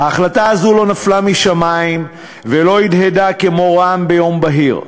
ההחלטה הזאת לא נפלה משמים ולא הדהדה כמו רעם ביום בהיר.